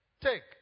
Take